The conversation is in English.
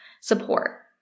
support